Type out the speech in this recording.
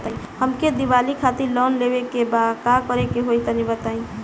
हमके दीवाली खातिर लोन लेवे के बा का करे के होई तनि बताई?